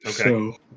Okay